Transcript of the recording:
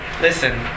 Listen